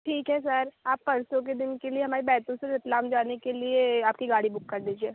ठीक है सर आप परसों के दिन के लिए हमारी बैतुल से रतलाम जाने के लिए आपकी गाड़ी बुक कर दीजिए